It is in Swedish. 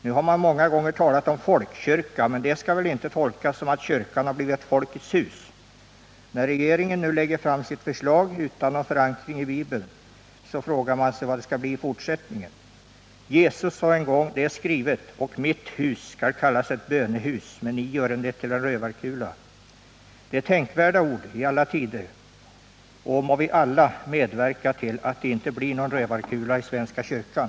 Nu har man många gånger talat om en folkkyrka, men det skall väl inte tolkas så, att kyrkan har blivit ett Folkets hus. När regeringen nu lägger fram sitt förslag utan någon förankring i Bibeln, frågar man sig vad det skall bli i fortsättningen. Jesus sade en gång: ”Det är skrivet: ”Och mitt hus skall kallas ett bönehus.” Men I haven gjort det tillen rövarkula.” Det är tänkvärda ord i alla tider, och må vi alla medverka till att det inte blir någon rövarkula i svenska kyrkan.